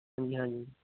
ਹਾਂਜੀ ਹਾਂਜੀ